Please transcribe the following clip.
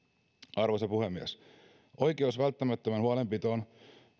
arvoisa puhemies oikeus välttämättömään huolenpitoon